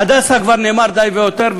"הדסה" כבר נאמר די והותר.